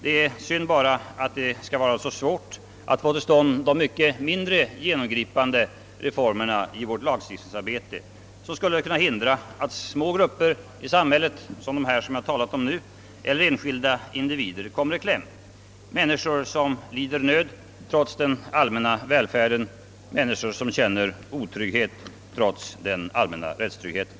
Det är bara synd att det skall vara så svårt att få till stånd de mycket mindre genomgripande reformer i vårt lagstiftningsarbete som skulle hindra att små grupper i samhället — som de jag har talat om nu — eller enskilda individer kommer i kläm, människor som lider nöd trots den allmänna välfärden, som känner otrygghet trots den allmänna rättstryggheten.